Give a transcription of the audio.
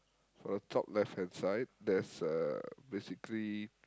for the top left-hand side there's a basically